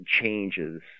changes